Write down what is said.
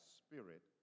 spirit